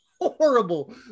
horrible